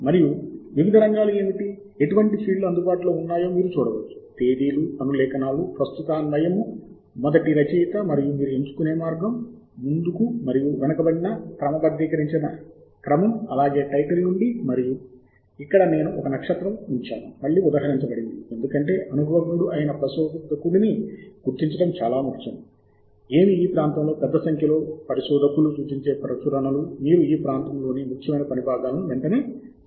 మరియు వివిధ రంగాలు ఏమిటి ఎటువంటి ఫీల్డ్లు అందుబాటులో ఉన్నాయో మీరు చూడవచ్చు తేదీలు అనులేఖనాలు ప్రస్తుతాన్వయము మొదటి రచయిత మరియు మీరు ఎంచుకునే మార్గం ముందుకు మరియు వెనుకబడిన క్రమబద్ధీకరించిన క్రమం అలాగే టైటిల్ నుండి మరియు ఇక్కడ నేను ఒక నక్షత్రం ఉంచాను మళ్ళీ ఉదహరించబడింది ఎందుకంటే అనుభవగ్నుడు అయిన పరిశోధకుడిని గుర్తించడం చాలా ముఖ్యం ఏమి ఈ ప్రాంతంలో పెద్ద సంఖ్యలో పరిశోధకులు సూచించే ప్రచురణలు మీరు ఈ ప్రాంతంలోని ముఖ్యమైన పని భాగాలను వెంటనే గుర్తిస్తారు